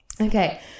Okay